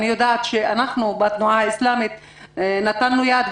אני יודעת שאנחנו בתנועה האסלאמית נתנו יד,